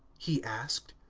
he asked.